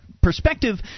perspective